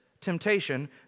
temptation